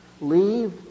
leave